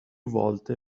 volte